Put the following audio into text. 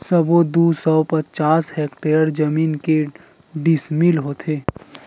सबो दू सौ पचास हेक्टेयर जमीन के डिसमिल होथे?